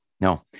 No